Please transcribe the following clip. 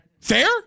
Fair